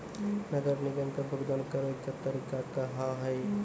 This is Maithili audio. नगर निगम के भुगतान करे के तरीका का हाव हाई?